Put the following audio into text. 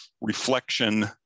reflection